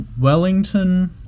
Wellington